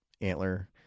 antler